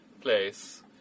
place